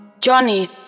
Johnny